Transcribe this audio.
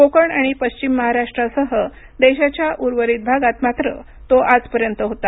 कोकण आणि पश्चिम महाराष्ट्रासह देशाच्या उर्वरीत भागात मात्र तो आजपर्यंत होता